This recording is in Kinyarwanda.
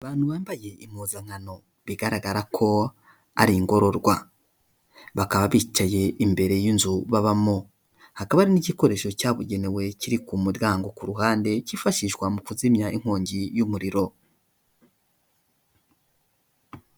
Abantu bambaye impuzankano bigaragara ko ari ingororwa. bakaba bicaye imbere y'inzu babamo. Hakaba hari n'igikoresho cyabugenewe kiri ku muryango ku ruhande, cyifashishwa mu kuzimya inkongi y'umuriro.